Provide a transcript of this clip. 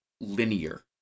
linear